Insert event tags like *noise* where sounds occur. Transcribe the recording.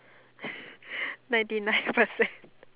*breath* ninety nine percent